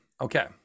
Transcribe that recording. Okay